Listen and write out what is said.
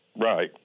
Right